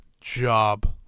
job